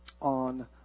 on